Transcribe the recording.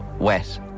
Wet